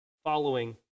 following